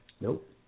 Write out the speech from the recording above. Nope